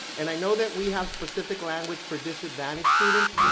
and i know that we have specific language for disadvantaged students.